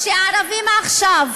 שהערבים עכשיו